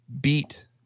beat